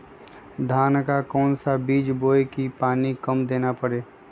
धान का कौन सा बीज बोय की पानी कम देना परे?